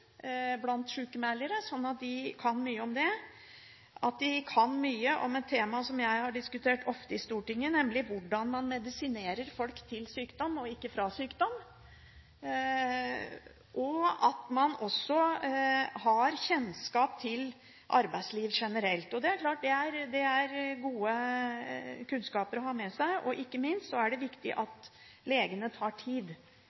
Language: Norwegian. blant sykmeldere, sånn at de kan mye om det, at de kan mye om et tema som jeg ofte har diskutert i Stortinget, nemlig hvordan man medisinerer folk til sykdom og ikke fra sykdom, og at man også har kjennskap til arbeidslivet generelt. Det er klart at det er gode kunnskaper å ha med seg, og ikke minst er det viktig